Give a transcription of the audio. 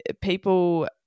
People